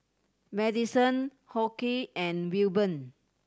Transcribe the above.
Madyson Hoke and Wilburn